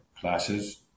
classes